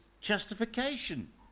justification